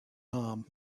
harm